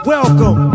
Welcome